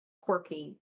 quirky